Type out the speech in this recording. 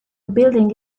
building